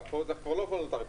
פה זה כבר לא וולונטרי.